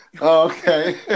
okay